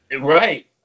Right